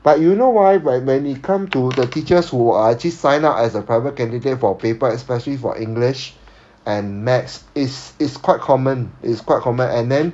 but you know why when when it come to the teachers who ah actually sign up as a private candidate for paper especially for english and maths it's it's quite common it's quite common and then